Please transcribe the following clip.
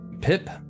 Pip